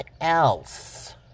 else